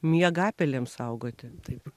miegapelėms saugoti taip